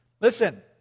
Listen